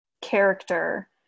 character